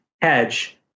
hedge